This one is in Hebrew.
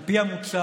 על פי המוצע,